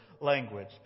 language